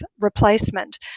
replacement